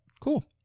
Cool